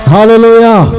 Hallelujah